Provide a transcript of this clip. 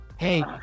Hey